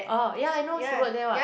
oh yeah I know she work there what